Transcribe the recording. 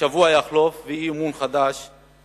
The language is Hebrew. שבוע יחלוף ואי-אמון לא יוגש.